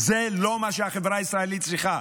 זה לא מה שהחברה הישראלית צריכה.